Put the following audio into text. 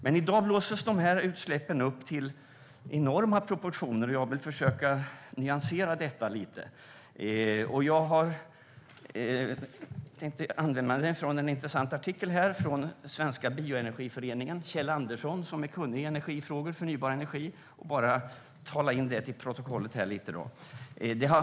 Men i dag blåses utsläppen upp till enorma proportioner, och jag vill försöka nyansera detta lite. Jag har med mig en intressant artikel av Kjell Andersson från Svenska Bioenergiföreningen. Han är kunnig inom energifrågor och förnybar energi, och jag ska tala in lite om det till protokollet.